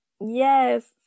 Yes